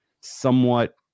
somewhat